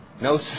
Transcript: no